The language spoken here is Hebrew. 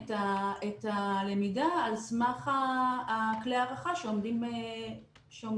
את הלמידה על סמך כלי ההערכה שעומדים לרשותם.